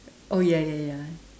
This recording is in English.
oh ya ya ya